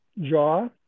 jaw